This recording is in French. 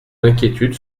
inquiétudes